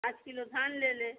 पाँच किलो धान ले लें